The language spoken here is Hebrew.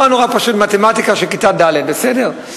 נורא נורא פשוט, מתמטיקה של כיתה ד', בסדר?